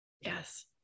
Yes